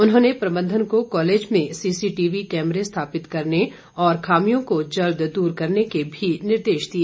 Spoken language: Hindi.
उन्होंने प्रबंधन को कॉलेज में सीसीटीवी कैमरे स्थापित करने और खामियों को जल्द दूर करने के भी निर्देश दिए